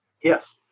Yes